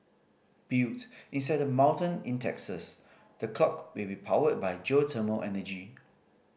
built inside a mountain in Texas the clock will be powered by geothermal energy